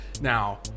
Now